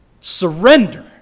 surrender